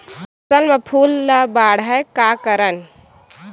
फसल म फूल ल बढ़ाय का करन?